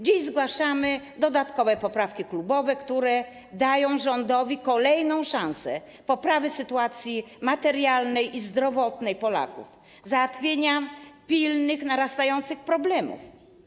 Dziś zgłaszamy dodatkowe poprawki klubowe, które dają rządowi kolejną szansę poprawy sytuacji materialnej i zdrowotnej Polaków, załatwienia pilnych, narastających problemów.